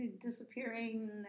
Disappearing